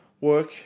work